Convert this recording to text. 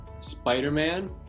Spider-Man